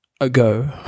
ago